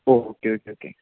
okay okay okay